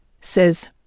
says